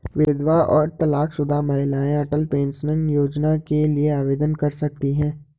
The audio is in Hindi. विधवा और तलाकशुदा महिलाएं अटल पेंशन योजना के लिए आवेदन कर सकती हैं